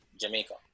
Jamaica